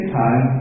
time